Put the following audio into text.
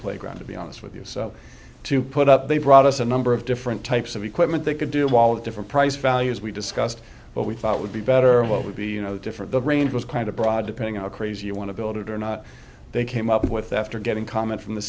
playground to be honest with you to put up they brought us a number of different types of equipment they could do all different price values we discussed what we thought would be better or what would be you know different the range was kind of broad depending on how crazy you want to build it or not they came up with after getting comment from the